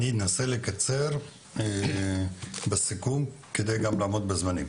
אני אנסה לקצר בסיכום כדי לעמוד בזמנים.